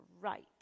right